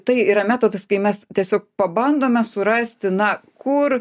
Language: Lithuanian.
tai yra metodas kai mes tiesiog pabandome surasti na kur